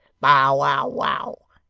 bow wow wow,